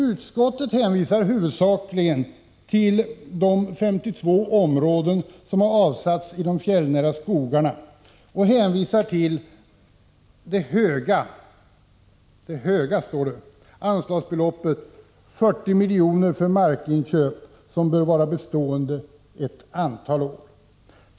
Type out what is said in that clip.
Utskottet hänvisar huvudsakligen till de 52 områden som har avsatts i de fjällnära skogarna och till att det ”höga” anslagsbeloppet 40 miljoner för markinköp bör vara bestående ett antal år.